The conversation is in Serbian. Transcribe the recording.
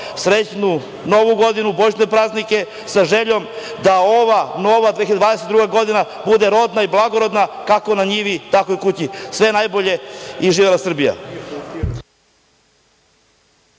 srećnu Novu godinu, božićne praznike, sa željom da ova nova 2022. godina bude rodna i blagorodna kako na njivi, tako i u kući. Sve najbolje i živela Srbija.